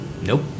Nope